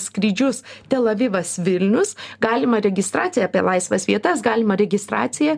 skrydžius tel avivas vilnius galimą registraciją apie laisvas vietas galimą registraciją